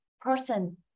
person